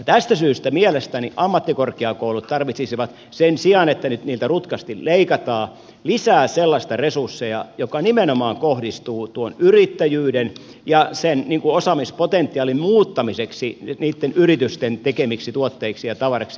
tästä syystä mielestäni ammattikorkeakoulut tarvitsisivat sen sijaan että nyt niiltä rutkasti leikataan lisää sellaisia resursseja jotka nimenomaan kohdistuvat tuon yrittäjyyden ja sen osaamispotentiaalin muuttamiseksi nyt niitten yritysten tekemiksi tuotteiksi ja tavaraksi